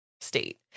state